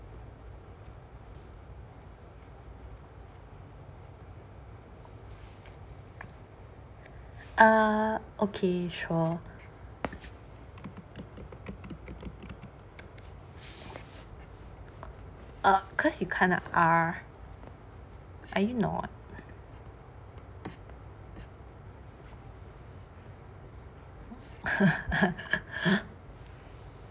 err okay sure err cause you are kind of are